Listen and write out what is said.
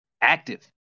active